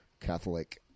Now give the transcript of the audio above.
Catholic